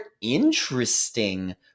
interesting